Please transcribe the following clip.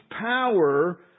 power